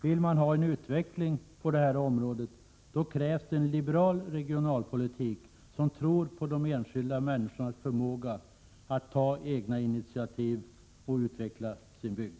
Om man vill ha utveckling på detta område, krävs det en liberal regionalpolitik, som innebär att man tror på de enskilda människornas förmåga att ta egna initiativ och att utveckla sin bygd.